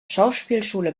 schauspielschule